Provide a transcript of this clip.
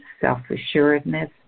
self-assuredness